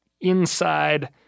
inside